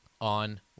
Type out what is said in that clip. on